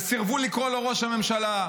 וסירבו לקרוא לו ראש הממשלה,